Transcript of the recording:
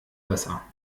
besser